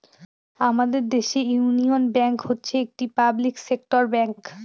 আমাদের দেশের Union Bank হচ্ছে একটি পাবলিক সেক্টর ব্যাঙ্ক